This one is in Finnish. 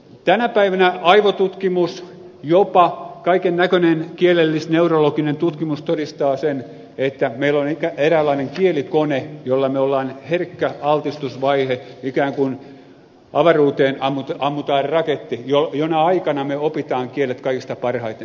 tänä päivänä aivotutkimus jopa kaiken näköinen kielellisneurologinen tutkimus todistaa sen että meillä on eräänlainen kielikone jolla on herkkä altistusvaihe ikään kuin avaruuteen ammutaan raketti jona aikana me opimme kielet kaikista parhaiten